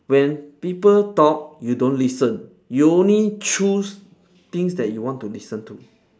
when people talk you don't listen you only choose things that you want to listen to